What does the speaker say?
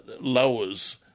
lowers